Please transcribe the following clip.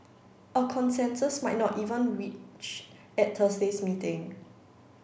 a consensus might not even reached at Thursday's meeting